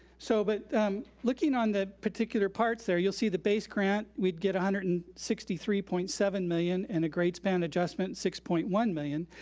so but um looking on the particular parts there, you'll see the base grant. we'd get one hundred and sixty three point seven million, and a grade span adjustment, six point one million.